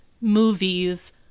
movies